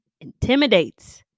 intimidates